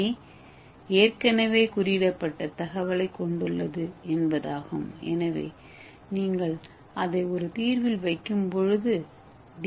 ஏ ஏற்கனவே குறியிடப்பட்ட தகவலைக்கொண்டுள்ளது என்பதாகும் எனவே நீங்கள் அதை ஒரு தீர்வில் வைக்கும் போது டி